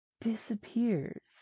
disappears